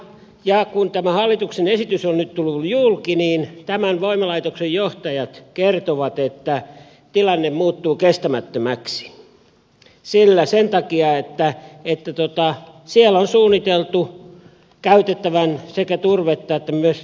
ja kun tämä hallituksen esitys on nyt tullut julki niin tämän voimalaitoksen johtajat kertoivat että tilanne muuttuu kestämättömäksi sen takia että siellä on suunniteltu käytettävän sekä turvetta että myös biohaketta